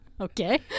okay